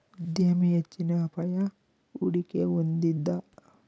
ಉದ್ಯಮಿ ಹೆಚ್ಚಿನ ಅಪಾಯ, ಹೂಡಿಕೆ ಹೊಂದಿದ